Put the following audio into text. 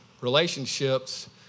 Relationships